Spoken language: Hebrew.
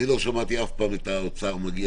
אני לא שמעתי אף פעם את האוצר מגיע